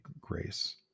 Grace